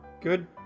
Good